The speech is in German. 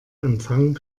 empfang